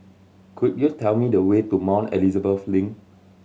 could you tell me the way to Mount Elizabeth Link